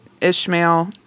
Ishmael